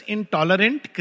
Intolerant